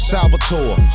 Salvatore